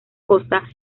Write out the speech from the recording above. costa